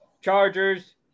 Chargers